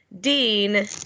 Dean